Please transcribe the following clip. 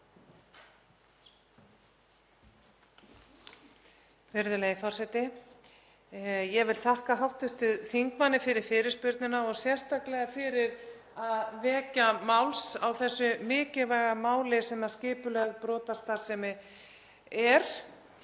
Virðulegi forseti. Ég vil þakka hv. þingmanni fyrir fyrirspurnina og sérstaklega fyrir að vekja máls á þessu mikilvæga máli sem skipulögð brotastarfsemi er.